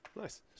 Nice